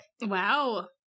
Wow